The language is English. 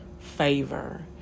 favor